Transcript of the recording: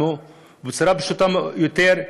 ובצורה פשוטה יותר,